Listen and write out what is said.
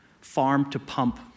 farm-to-pump